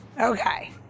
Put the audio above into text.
Okay